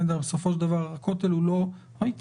בסופו של דבר הכותל הוא לא בית כנסת